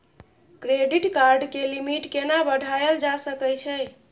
Credit card के limit केना बढायल जा सकै छै?